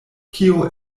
kio